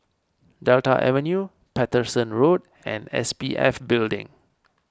Delta Avenue Paterson Road and S P F Building